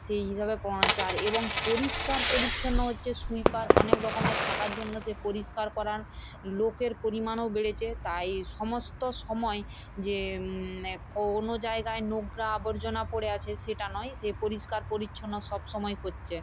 সেই হিসাবে পড়ানো হচ্ছে আর এবং পরিষ্কার পরিচ্ছন্ন হচ্ছে সুইপার অনেক রকমের থাকার জন্য সে পরিষ্কার করার লোকের পরিমাণও বেড়েছে তাই সমস্ত সময় যে কোনো জায়গায় নোংরা আবর্জনা পড়ে আছে সেটা নয় সে পরিষ্কার পরিচ্ছন্ন সবসময় করছে